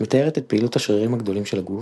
- מתארת את פעילות השרירים הגדולים של הגוף,